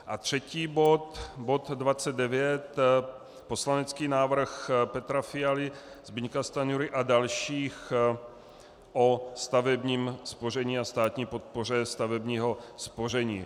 A třetí bod bod 29 poslanecký návrh Petra Fialy, Zbyňka Stanjury a dalších o stavebním spoření a státní podpoře stavebního spoření.